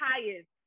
highest